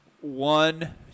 one